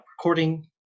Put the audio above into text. recording